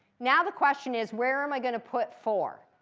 now the question is, where am i going to put four?